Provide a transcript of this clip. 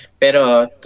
Pero